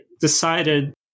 decided